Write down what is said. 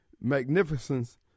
magnificence